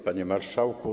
Panie Marszałku!